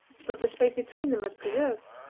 so that the space between them was preserved.